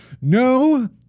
no